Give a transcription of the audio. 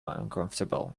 uncomfortable